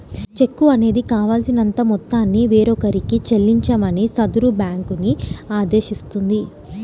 చెక్కు అనేది కావాల్సినంత మొత్తాన్ని వేరొకరికి చెల్లించమని సదరు బ్యేంకుని ఆదేశిస్తుంది